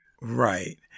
Right